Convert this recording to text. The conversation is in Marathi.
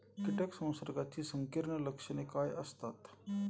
कीटक संसर्गाची संकीर्ण लक्षणे काय असतात?